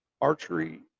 archery